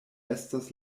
estas